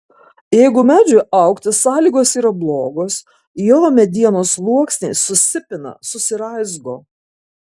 jeigu medžiui augti sąlygos yra blogos jo medienos sluoksniai susipina susiraizgo